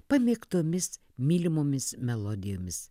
pamėgtomis mylimomis melodijomis